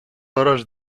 hores